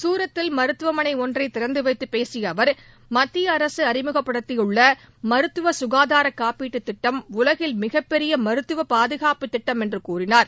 சூரத்தில் மருத்துவமளை ஒன்றை திறந்து வைத்துப் பேசிய அவர் மத்திய அரசு அறிமுகப்படுத்தியுள்ள மருத்துவ ககாதார காப்பீட்டுத் திட்டம் உலகில் மிகப் பெரிய மருத்துவ பாதுகாப்புத் திட்டம் என்று கூறினார்